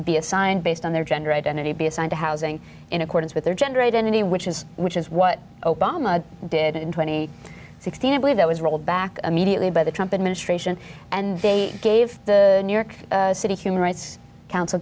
be assigned based on their gender identity be assigned to housing in accordance with their gender identity which is which is what obama did in twenty sixteen i believe that was rolled back immediately by the trump administration and they gave the new york city human rights council